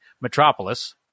Metropolis